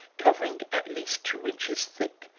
covering, at least two inches thick,